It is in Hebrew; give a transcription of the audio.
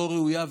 לא ראויה,